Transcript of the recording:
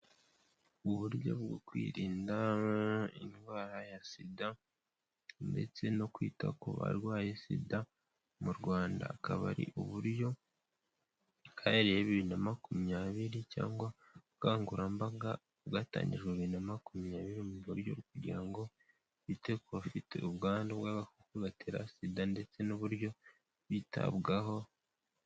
Uburyo bwo kwirinda indwara ya SIDA ndetse no kwita ku barwaye SIDA mu Rwanda akaba ari uburyo bwahereye bibiri na makumyabiri cyangwa ubukangurambaga bwatangijwe bibiri na makumyabiri mu buryo bwo kugira ngo bite ku bafite ubwandu bw' agakoko gatera sida ndetse n'uburyo bitabwaho.